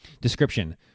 Description